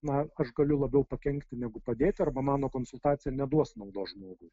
na aš galiu labiau pakenkti negu padėti arba mano konsultacija neduos naudos žmogui